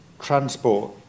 transport